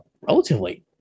relatively